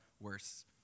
worse